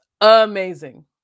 amazing